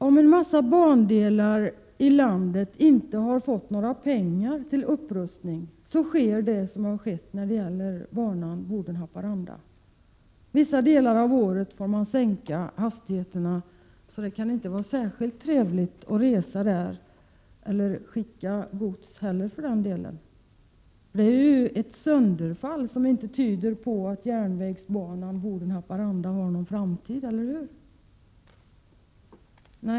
Om en mängd bandelar i landet inte får några pengar till upprustning sker det som har skett med banan Boden-Haparanda. Vissa delar av året får man sänka hastigheten på banan. Då kan det inte vara särskilt trevligt att resa eller Prot. 1987/88:132 att skicka gods där. Detta är ett sönderfall som tyder på att järnvägsbanan 2 juni 1988 Boden-Haparanda inte har någon framtid, eller hur?